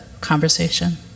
conversation